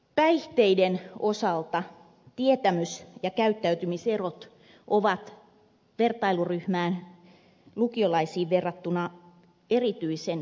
päihteiden osalta tietämys ja käyttäytymis erot ovat vertailuryhmään lukiolaisiin verrattuna erityisen huomattavia